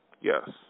Yes